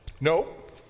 Nope